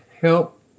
help